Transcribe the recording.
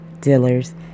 Dealer's